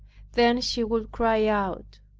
then she would cry out,